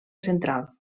central